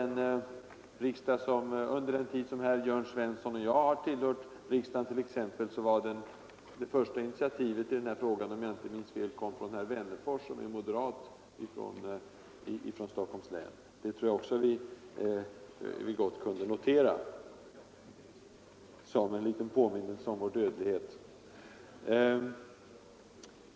Från den tid herr Jörn Svensson och jag har tillhört riksdagen vill jag minnas, att det första initiativet i frågan kom från herr Wennerfors, som är moderat ledamot från Stockholms län. Det kan vi gott notera — som en liten påminnelse om vår dödlighet.